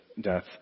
death